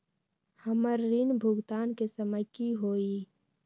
हमर ऋण भुगतान के समय कि होई?